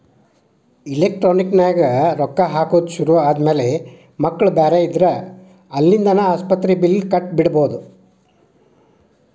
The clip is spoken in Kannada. ಎಲೆಕ್ಟ್ರಾನಿಕ್ ನ್ಯಾಗ ರೊಕ್ಕಾ ಹಾಕೊದ್ ಶುರು ಆದ್ಮ್ಯಾಲೆ ಮಕ್ಳು ಬ್ಯಾರೆ ಇದ್ರ ಅಲ್ಲಿಂದಾನ ಆಸ್ಪತ್ರಿ ಬಿಲ್ಲ್ ಕಟ ಬಿಡ್ಬೊದ್